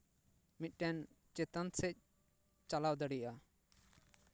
ᱢᱤᱫᱴᱮᱱ ᱪᱮᱛᱟᱱ ᱥᱮᱫ ᱪᱟᱞᱟᱣ ᱫᱟᱲᱮᱭᱟᱜᱼᱟ